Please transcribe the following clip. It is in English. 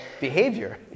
behavior